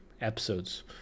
episodes